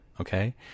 okay